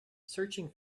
searching